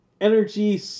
energy